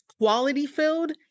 quality-filled